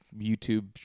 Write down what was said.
YouTube